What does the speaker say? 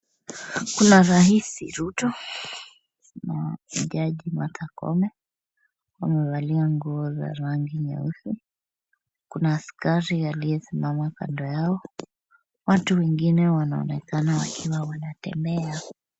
Kuna rais Ruto na jaji Martha Koome. Wamevalia nguo za rangi nyeusi. Kuna askari aliyesimama kando yao. Watu wengine wanaonekana wakiwa wanatembea.